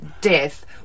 death